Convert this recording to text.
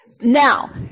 Now